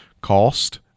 cost